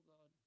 God